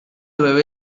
doveva